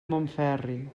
montferri